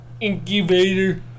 incubator